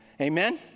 Amen